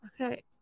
Okay